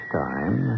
time